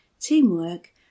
teamwork